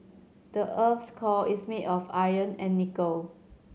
the earth's core is made of iron and nickel